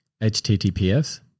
HTTPS